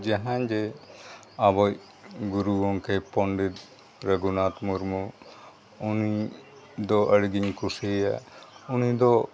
ᱡᱟᱦᱟᱸᱭ ᱡᱮ ᱟᱵᱚᱭᱤᱡ ᱜᱩᱨᱩ ᱜᱚᱢᱠᱮ ᱯᱚᱱᱰᱤᱛ ᱨᱚᱜᱷᱩᱱᱟᱛᱷ ᱢᱩᱨᱢᱩ ᱩᱱᱤ ᱫᱚ ᱟᱹᱰᱤᱜᱤᱧ ᱠᱩᱥᱤᱭᱟᱭᱟ ᱩᱱᱤ ᱫᱚ